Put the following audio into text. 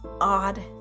odd